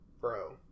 Bro